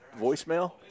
voicemail